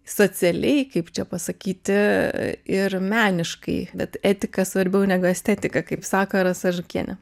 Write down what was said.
socialiai kaip čia pasakyti ir meniškai bet etika svarbiau negu estetika kaip sako rasa žukienė